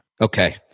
Okay